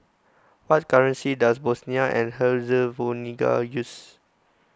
what currency does Bosnia and Herzegovina use